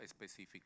específico